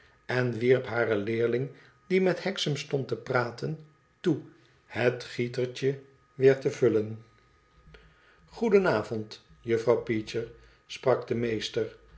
en riep hare leerling die met hexam stond te praten toe het gietertje weer te vullen goedenavond jufifrouw peecher sprak de meester